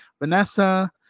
vanessa